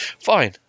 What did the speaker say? fine